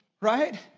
right